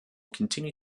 continue